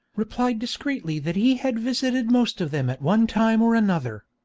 replied discreetly that he had visited most of them at one time or another.